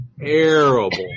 terrible